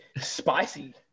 spicy